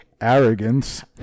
arrogance